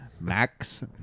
Max